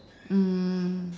um